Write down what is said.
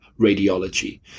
radiology